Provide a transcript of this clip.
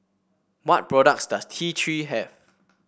what products does T Three have